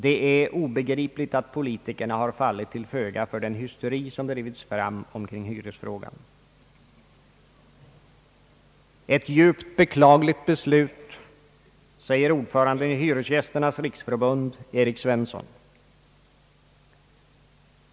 Det är obegripligt att politikerna har fallit till föga för den hysteri som drivits fram omkring hyresfrågan.» »Ett djupt beklagligt beslut», säger ordföranden i Hyresgästernas riksförbund Erik Svensson.